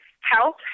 help